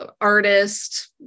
artist